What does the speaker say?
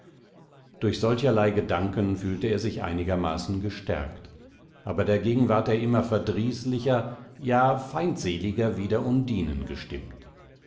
durch solcherlei gedanken fühlte er sich einigermaßen gestärkt aber dagegen ward er immer verdrießlicher ja feindseliger wider undinen gestimmt